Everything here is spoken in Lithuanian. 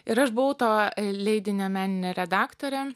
ir aš buvau to leidinio meninė redaktorė